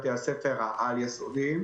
העל-יסודיים.